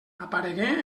aparegué